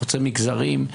חוצה מגזרים,